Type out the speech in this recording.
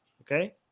okay